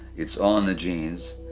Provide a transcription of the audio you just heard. it's all in the genes,